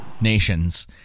nations